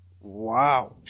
Wow